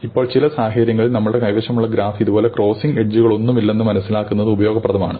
ഇപ്പോൾ ചില സാഹചര്യങ്ങളിൽ നമ്മളുടെ കൈവശമുള്ള ഗ്രാഫ് ഇതുപോലെ ക്രോസിംഗ് എഡ്ജുകളൊന്നുമില്ലെന്ന് മനസ്സിലാക്കുന്നത് ഉപയോഗപ്രദമാണ്